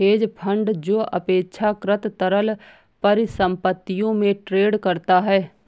hedge fund जो अपेक्षाकृत तरल परिसंपत्तियों में ट्रेड करता है